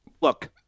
look